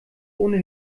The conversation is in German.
ohne